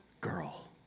girl